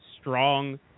strong